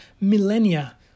millennia